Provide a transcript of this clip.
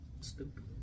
Stupid